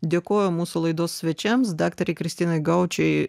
dėkoju mūsų laidos svečiams daktarei kristinai gaučei